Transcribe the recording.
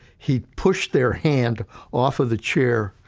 he pushed their hand off of the chair,